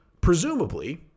presumably